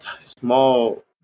small